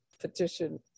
petition